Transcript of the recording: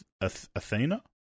Athena